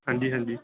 ਹਾਂਜੀ ਹਾਂਜੀ